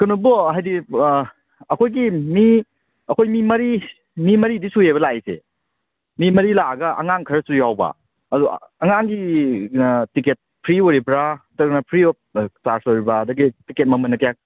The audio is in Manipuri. ꯀꯩꯅꯣꯗꯣ ꯍꯥꯏꯗꯤ ꯑꯩꯈꯣꯏꯒꯤ ꯃꯤ ꯑꯩꯈꯣꯏ ꯃꯤ ꯃꯔꯤ ꯃꯤ ꯃꯔꯤꯗꯤ ꯁꯨꯏꯌꯦꯕ ꯂꯥꯛꯏꯁꯦ ꯃꯤ ꯃꯔꯤ ꯂꯥꯛꯑꯒ ꯑꯉꯥꯡ ꯈꯔꯁꯨ ꯌꯥꯎꯕ ꯑꯗꯨ ꯑꯉꯥꯡꯒꯤꯅ ꯇꯤꯀꯦꯠ ꯐ꯭ꯔꯤ ꯑꯣꯏꯔꯤꯕ꯭ꯔꯥ ꯅꯠꯇ꯭ꯔꯒꯅ ꯐ꯭ꯔꯤ ꯑꯣꯐ ꯆꯥꯔꯖ ꯑꯣꯏꯔꯤꯕ꯭ꯔꯥ ꯑꯗꯒꯤ ꯇꯤꯀꯦꯠ ꯃꯃꯜꯅ ꯀꯌꯥ